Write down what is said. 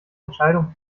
entscheidung